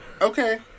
Okay